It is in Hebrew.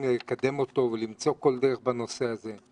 לקדם אותו ולמצוא כל דרך בנושא הזה.